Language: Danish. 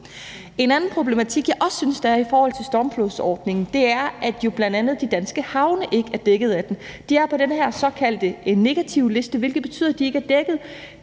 En anden problematik, som jeg også synes der er i forhold til stormflodsordningen, er, at bl.a. de danske havne ikke er dækket af den. De er på den her såkaldte negativliste, hvilket betyder, at de ikke er dækket.